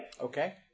Okay